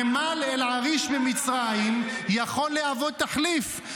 נמל אל-עריש במצרים יכול להוות תחליף,